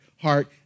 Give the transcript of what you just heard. heart